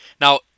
now